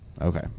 okay